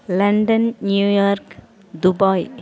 London New York Dubai